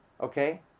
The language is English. Okay